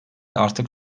artık